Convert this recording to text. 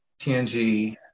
TNG